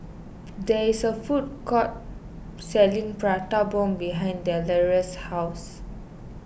there is a food court selling Prata Bomb behind Delores' house